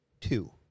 two